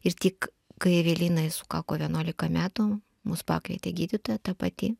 ir tik kai evelinai sukako vienuolika metų mus pakvietė gydytoja ta pati